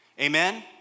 Amen